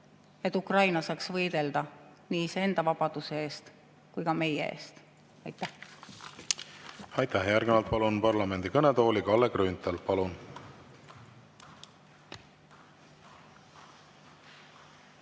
et Ukraina saaks võidelda nii iseenda vabaduse eest kui ka meie eest. Aitäh! Aitäh! Järgnevalt palun parlamendi kõnetooli Kalle Grünthali.